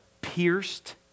pierced